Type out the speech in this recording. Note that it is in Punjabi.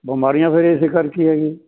ਬਿਮਾਰੀਆਂ ਫਿਰ ਇਸੇ ਕਰਕੇ ਹੈ ਜੀ